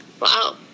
Wow